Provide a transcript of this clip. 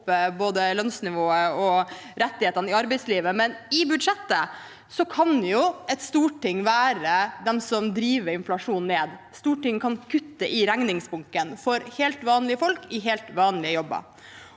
både lønnsnivået og rettighetene i arbeidslivet – men i budsjettet kan jo Stortinget være de som driver inflasjonen ned. Stortinget kan kutte i regningsbunken for helt vanlige folk i helt vanlige jobber.